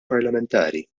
parlamentari